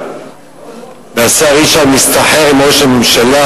והשר ישי מסתחר עם ראש הממשלה,